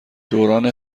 دوران